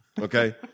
Okay